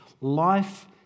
life